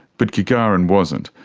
but gagarin wasn't.